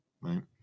right